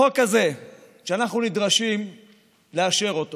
החוק הזה שאנחנו נדרשים לאשר הוא